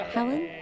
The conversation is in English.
Helen